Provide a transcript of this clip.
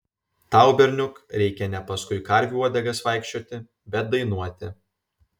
tau berniuk reikia ne paskui karvių uodegas vaikščioti bet dainuoti